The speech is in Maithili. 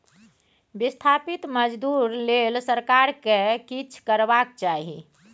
बिस्थापित मजदूर लेल सरकार केँ किछ करबाक चाही